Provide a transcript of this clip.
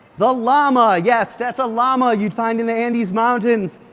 the llama, yes. that's a llama you'd find in the andes mountains.